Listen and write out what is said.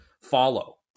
follow